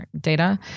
data